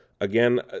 again